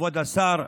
כבוד השר,